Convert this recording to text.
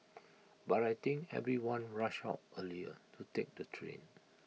but I think everyone rushed out earlier to take the train